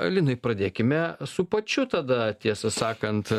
linai pradėkime su pačiu tada tiesą sakant